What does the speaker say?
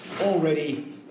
already